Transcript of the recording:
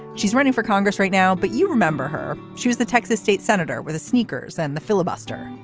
she's running for congress right now. but you remember her. she was the texas state senator with the sneakers and the filibuster.